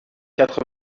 quatre